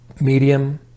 medium